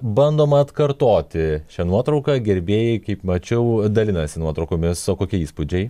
bandoma atkartoti šią nuotrauką gerbėjai kaip mačiau dalinasi nuotraukomis o kokie įspūdžiai